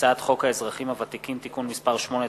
הצעת חוק האזרחים הוותיקים (תיקון מס' 8),